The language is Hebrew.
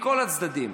מכל הצדדים.